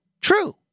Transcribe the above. true